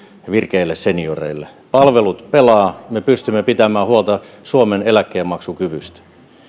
virkeille senioreille palvelut pelaavat me pystymme pitämään huolta suomen eläkkeenmaksukyvystä